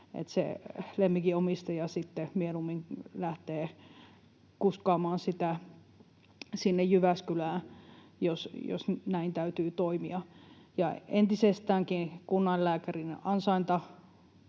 lemmikin omistaja sitten mieluummin lähtee kuskaamaan sitä sinne Jyväskylään, jos näin täytyy toimia. Entisestäänkin kunnaneläinlääkärin